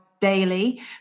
daily